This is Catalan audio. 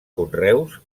conreus